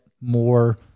more